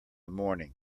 morning